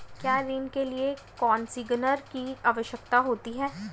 क्या ऋण के लिए कोसिग्नर की आवश्यकता होती है?